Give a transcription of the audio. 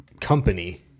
company